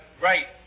right